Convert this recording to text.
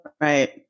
Right